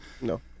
No